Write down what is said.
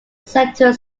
center